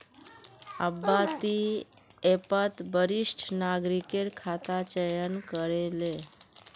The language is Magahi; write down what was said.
अब्बा ती ऐपत वरिष्ठ नागरिकेर खाता चयन करे ले